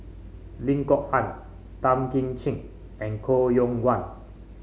Lim Kok Ann Tan Kim Ching and Koh Yong Guan